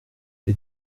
les